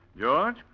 George